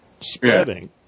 spreading